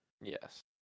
Yes